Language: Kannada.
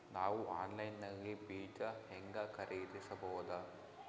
ನಾವು ಆನ್ಲೈನ್ ನಲ್ಲಿ ಬೀಜ ಹೆಂಗ ಖರೀದಿಸಬೋದ?